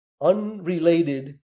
unrelated